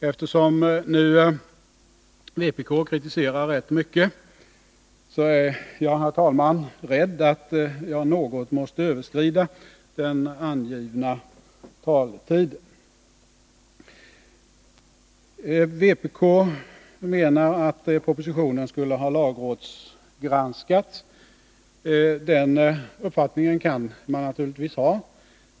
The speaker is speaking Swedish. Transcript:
Eftersom vpk kritiserar rätt mycket är jag, herr talman, rädd för att jag måste överskrida den angivna taletiden något. Vpk menar att propositionen skulle ha lagrådsgranskats, och den uppfattningen kan man naturligtvis ha.